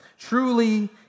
Truly